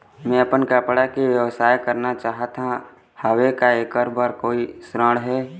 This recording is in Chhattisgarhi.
मैं अपन कपड़ा के व्यवसाय करना चाहत हावे का ऐकर बर कोई ऋण हे?